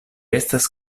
estas